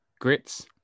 Grits